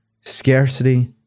scarcity